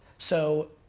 so,